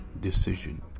decision